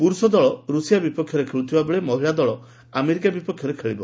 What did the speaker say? ପୁରୁଷ ଦଳ ରୁଷିଆ ବିପକ୍ଷରେ ଖେଳୁଥିବାବେଳେ ମହିଳାଦଳ ଆମେରିକା ବିପକ୍ଷରେ ଖେଳିବ